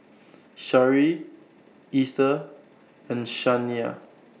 Shari Ether and Shaniya